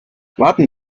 warten